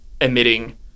emitting